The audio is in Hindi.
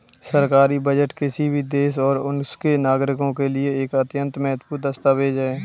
सरकारी बजट किसी भी देश और उसके नागरिकों के लिए एक अत्यंत महत्वपूर्ण दस्तावेज है